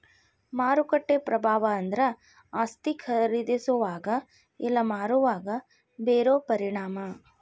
ಮಾರುಕಟ್ಟೆ ಪ್ರಭಾವ ಅಂದ್ರ ಆಸ್ತಿ ಖರೇದಿಸೋವಾಗ ಇಲ್ಲಾ ಮಾರೋವಾಗ ಬೇರೋ ಪರಿಣಾಮ